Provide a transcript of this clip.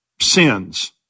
sins